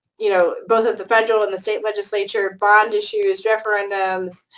you know, both at the federal and the state legislature, bond issues, referendums,